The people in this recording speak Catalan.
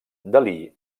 dalí